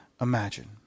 imagine